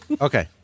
Okay